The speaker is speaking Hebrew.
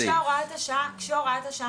לדון במהות כשהוראת השעה מוארכת.